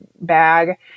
bag